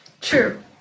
True